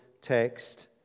text